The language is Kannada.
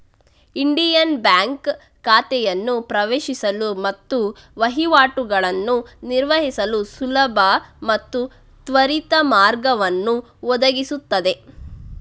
ಇಂಡಿಯನ್ ಬ್ಯಾಂಕ್ ಖಾತೆಯನ್ನು ಪ್ರವೇಶಿಸಲು ಮತ್ತು ವಹಿವಾಟುಗಳನ್ನು ನಿರ್ವಹಿಸಲು ಸುಲಭ ಮತ್ತು ತ್ವರಿತ ಮಾರ್ಗವನ್ನು ಒದಗಿಸುತ್ತದೆ